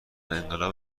انقلاب